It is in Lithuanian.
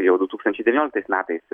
jau du tūkstančiai devynioliktais metais